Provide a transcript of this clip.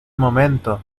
momento